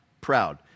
proud